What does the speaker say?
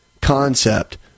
concept